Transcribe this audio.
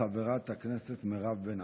חברת הכנסת מירב בן